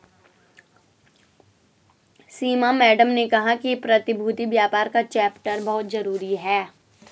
सीमा madam ने कहा कि प्रतिभूति व्यापार का चैप्टर बहुत जरूरी है